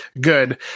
good